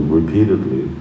repeatedly